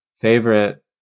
Favorite